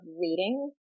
reading